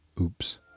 oops